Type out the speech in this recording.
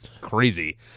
crazy